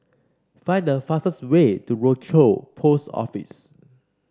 find the fastest way to Rochor Post Office